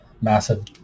massive